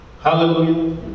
Hallelujah